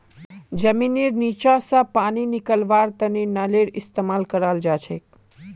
जमींनेर नीचा स पानी निकलव्वार तने नलेर इस्तेमाल कराल जाछेक